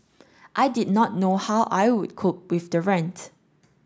I did not know how I would cope with the rent